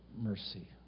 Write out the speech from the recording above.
mercy